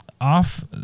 off